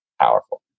powerful